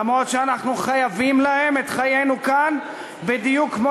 אף שאנחנו חייבים להם את חיינו כאן בדיוק כמו